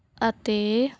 ਅਤੇ